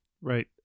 right